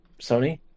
Sony